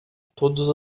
todos